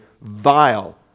vile